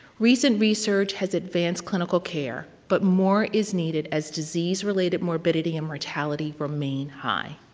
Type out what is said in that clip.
recent research has advanced clinical care, but more is needed as disease-related morbidity and mortality remain high.